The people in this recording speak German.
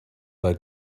bei